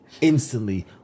instantly